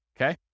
okay